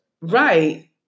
Right